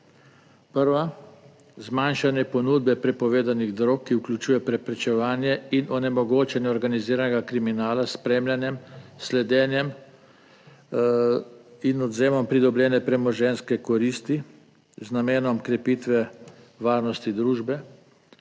Prva: "Zmanjšanje ponudbe prepovedanih drog, ki vključuje preprečevanje in onemogočanje organiziranega kriminala s spremljanjem, s sledenjem in odvzemom pridobljene premoženjske koristi, z namenom krepitve varnosti družbe."